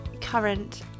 current